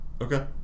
Okay